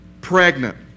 pregnant